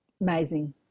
Amazing